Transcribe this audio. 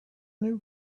new